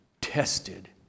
tested